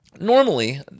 Normally